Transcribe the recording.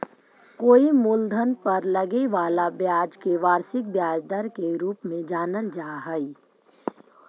कोई मूलधन पर लगे वाला ब्याज के वार्षिक ब्याज दर के रूप में जानल जा हई